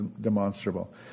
demonstrable